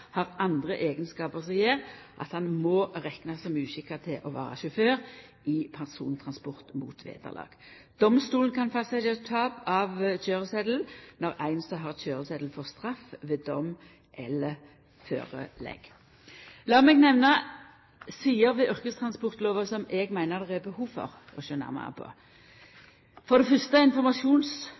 har andre eigenskapar som gjer at han må reknast som uskikka til å vera sjåfør i persontransport mot vederlag. Domstolen kan fastsetja tap av køyresetel når ein som har køyresetel, får straff ved dom eller førelegg. Lat meg nemna sider ved yrkestransportlova som eg meiner det er behov for å sjå nærare på: For det fyrste: informasjonsutveksling mellom ulike styresmakter. Vandelsvurdering for løyve er